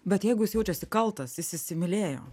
bet jeigu jis jaučiasi kaltas jis įsimylėjo